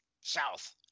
south